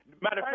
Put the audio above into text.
Matter